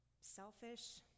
selfish